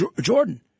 Jordan